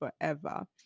forever